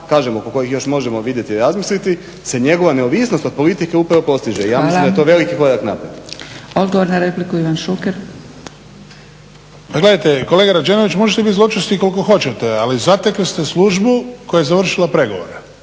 kažem oko kojih možemo vidjeti i razmisliti se njegova neovisnost od politike upravo postiže i ja mislim da je to veliki korak naprijed. **Zgrebec, Dragica (SDP)** Hvala. Odgovor na repliku Ivan Šuker. **Šuker, Ivan (HDZ)** Gledajte kolega Rađenović, možete bit zločesti koliko hoćete ali zatekli ste službu koja je završila pregovore.